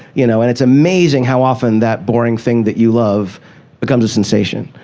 you know? and it's amazing how often that boring thing that you love becomes a sensation.